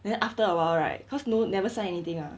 then after awhile right cause no never say anything lah